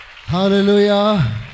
Hallelujah